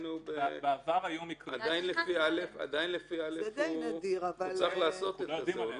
עדיין לפי (א) הוא צריך לעשות את זה.